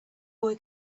boy